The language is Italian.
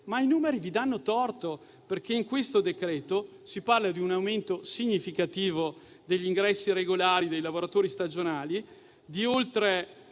i numeri vi danno torto, perché nel provvedimento in discussione si parla di un aumento significativo degli ingressi regolari dei lavoratori stagionali di oltre